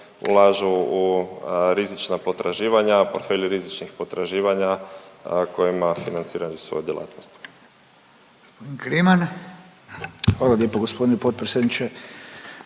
ulažu u rizična potraživanja, portfelju rizičnih potraživanja kojima financiraju svoju djelatnost.